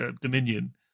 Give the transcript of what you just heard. Dominion